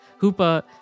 Hoopa